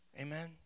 Amen